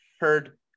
heard